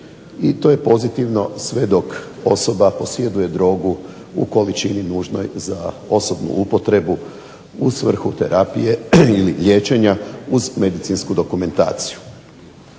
i to je pozitivno sve dok osoba posjeduje drogu u količini nužnoj za osobnu upotrebu u svrhu terapije ili liječenja uz medicinsku dokumentaciju.